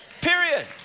Period